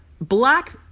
Black